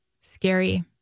Scary